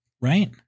Right